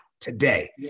today